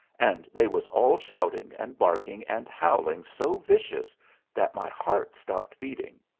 and they was all shouting and barking and howling so vicious that my heart stopped beating.